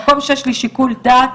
במקום שיש לי שיקול דעת,